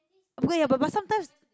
yeah but sometimes